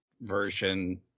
version